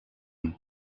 een